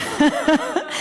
אה-אה-אה.